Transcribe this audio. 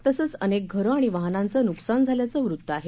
तसंच अनेक घरं आणि वाहनांचं नुकसान झाल्याचं वृत्त आहे